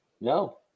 No